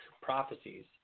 prophecies